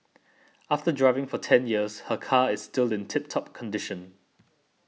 after driving for ten years her car is still in tip top condition